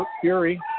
Fury